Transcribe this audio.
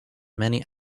many